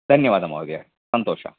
धन्यवादः महोदय सन्तोषः